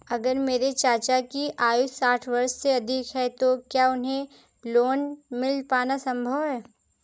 अगर मेरे चाचा की आयु साठ वर्ष से अधिक है तो क्या उन्हें लोन मिल पाना संभव है?